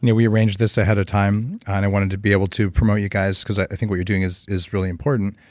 yeah we arranged this ahead of time, and i wanted to be able to promote you guys, because i think what you're doing is is really important.